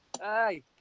Hi